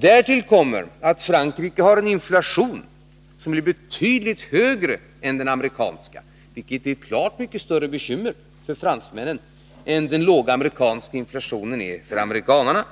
Därtill kommer att Frankrike har en inflation som är betydligt högre än den amerikanska, vilket är ett klart mycket större bekymmer för fransmännen än den låga amerikanska inflationen är för amerikanerna.